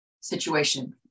situation